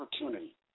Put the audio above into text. opportunity